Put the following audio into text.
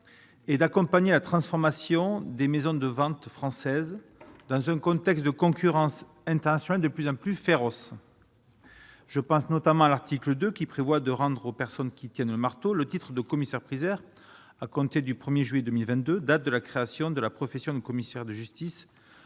et d'accompagner la transformation des maisons de ventes françaises dans un contexte de concurrence internationale de plus en plus féroce, je pense notamment à l'article 2 qui prévoit de rendre aux personnes qui tiennent marteau, le titre de commissaire priseur à compter du 1er juillet 2022, date de la création de la profession, commissaires de justice